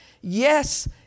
Yes